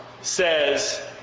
says